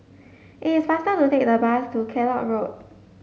it is faster to take the bus to Kellock Road